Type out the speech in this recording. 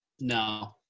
No